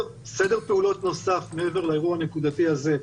סדר פעולות נוסף מעבר לאירוע הנקודתי הזה,